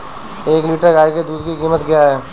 एक लीटर गाय के दूध की कीमत क्या है?